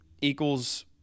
equals